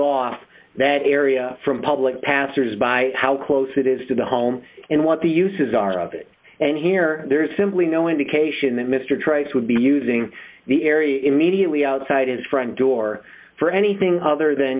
off that area from public passers by how close it is to the home and what the uses are of it and here there is simply no indication that mr trice would be using the area immediately outside his front door for anything other than